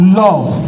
love